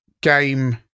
game